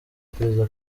perezida